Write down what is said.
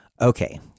Okay